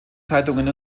zeitungen